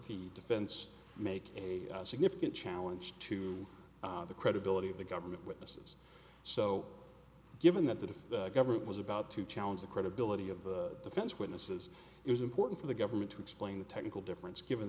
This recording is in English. the defense make a significant challenge to the credibility of the government witnesses so given that the government was about to challenge the credibility of the defense witnesses it was important for the government to explain the technical difference given